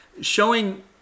showing